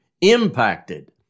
impacted